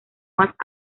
más